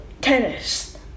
Tennis